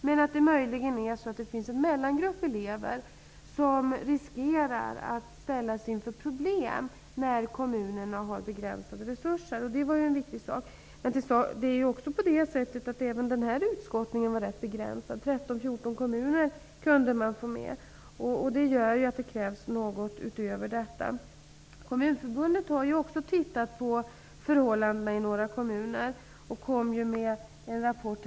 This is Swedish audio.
Men det finns möjligen en mellangrupp elever som riskerar att ställas inför problem när kommunerna har begränsade resurser. Men även den här undersökningen var ju rätt begränsad -- 13--14 kommuner kunde man få med -- och det gör ju att det krävs något utöver detta. Kommunförbundet har också tittat på förhållandena i några kommuner och kom i oktober med en rapport.